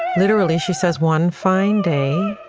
literally, she says one fine day,